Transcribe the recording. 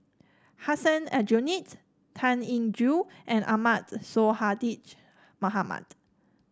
Hussein Aljunied Tan Eng Joo and Ahmad Sonhadji Mohamad